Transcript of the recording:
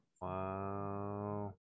Wow